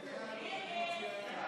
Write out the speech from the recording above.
הצעת סיעות ישראל